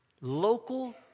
local